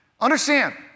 Understand